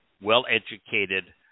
well-educated